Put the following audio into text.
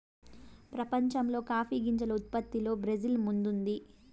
ప్రపంచంలో కాఫీ గింజల ఉత్పత్తిలో బ్రెజిల్ ముందుంది